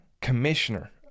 Commissioner